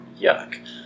Yuck